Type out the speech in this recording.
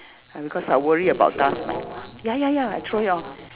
I because I worry about dust mite ya ya ya I throw it out